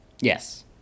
Yes